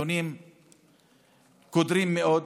נתונים קודרים מאוד,